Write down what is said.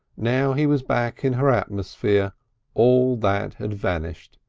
now he was back in her atmosphere all that had vanished,